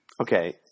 Okay